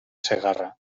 segarra